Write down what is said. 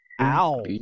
Ow